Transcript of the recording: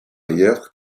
ailleurs